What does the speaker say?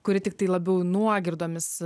kuri tiktai labiau nuogirdomis